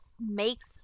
makes